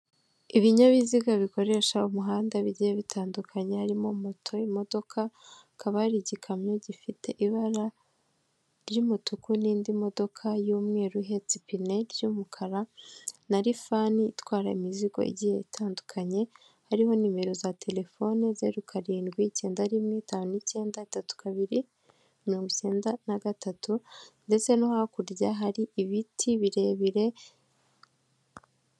Ibinyabiziga bikoresha umuhanda bigiye bitandukanyekanya harimo moto, imodoka, hakaba hari igikamyo gifite ibara ry'umutuku n'indi modoka y'umweru ihetse ipine ry'umukara na lifani itwara imizigo igiye itandukanye, hariho nimero za telefoni zeru karindwi cyenda rimwe tanu n'icyenda tatu kabiri mirongo icyenda na gatatu ndetse no hakurya hari ibiti birebire.